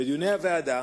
בדיוני הוועדה